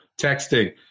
texting